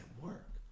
work